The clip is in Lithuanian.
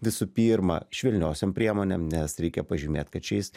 visų pirma švelniosiom priemonėm nes reikia pažymėt kad šiais